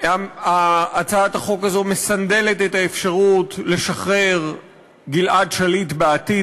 הצעת החוק הזאת מסנדלת את האפשרות לשחרר גלעד שליט בעתיד,